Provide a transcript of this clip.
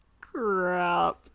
crap